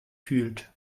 fühlt